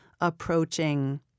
approaching